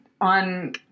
on